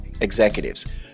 executives